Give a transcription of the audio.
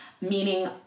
meaning